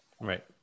right